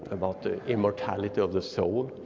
about the immortality of the soul.